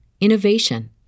innovation